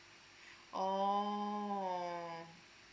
oh